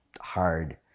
hard